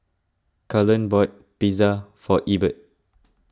Cullen bought Pizza for Ebert